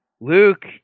Luke